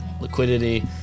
liquidity